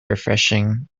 refreshing